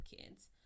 kids